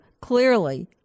Clearly